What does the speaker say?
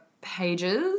pages